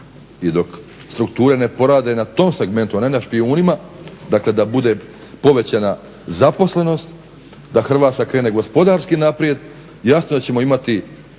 i dok strukture ne porade na tom segmentu, a ne na špijunima, dakle da bude povećana zaposlenost da Hrvatska krene gospodarski naprijed jasno da ćemo imati